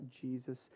Jesus